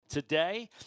Today